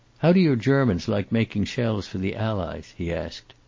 how do your germans like making shells for the allies? he asked.